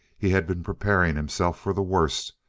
he had been preparing himself for the worst,